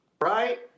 right